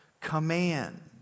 command